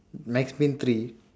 max payne three